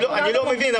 אני לא מבין,